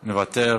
מוותר,